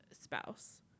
spouse